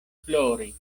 plori